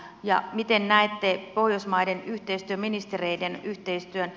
ja miten näette pohjoismaisten yhteistyöministereiden yhteistyön